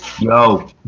Yo